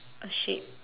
A shape